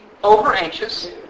over-anxious